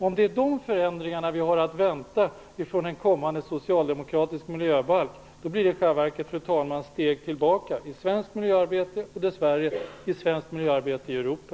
Om det är förändringar av den typen som vi har att vänta från en kommande socialdemokratisk miljöbalk, blir det i själva verket ett steg tillbaka när det gäller svenskt miljöarbete och dess värre när det gäller svenskt miljöarbete i Europa.